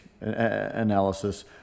analysis